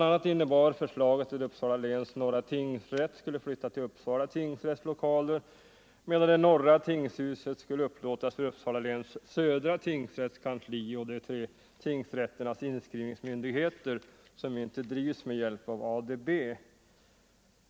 a. innebar förslaget att Uppsala läns norra tingsrätt skulle flytta till Uppsala tingsrätts lokaler, medan det norra tingshuset skulle upplåtas för Uppsala läns södra tingsrätts kansli och de tre tingsrätternas inskrivningsmyndigheter, som inte drivs med hjälp av ADB.